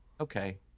Okay